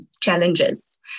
challenges